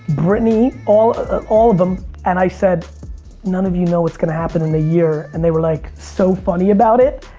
brittany, all ah all of them and i said none of you know what's gonna happen in a year. and they were like so funny about it.